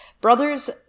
brothers